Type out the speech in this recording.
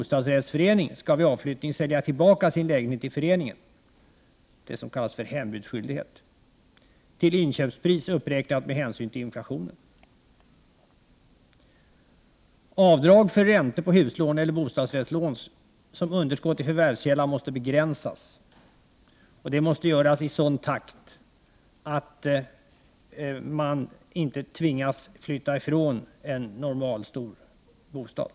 17 Avdrag för räntor på huslån eller bostdsrättslån som underskott i förvärvskälla måste begränsas.— —-” Det måste göras i sådan takt att man inte tvingas att flytta från en normalstor bostad.